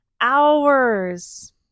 hours